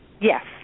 Yes